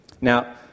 Now